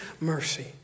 mercy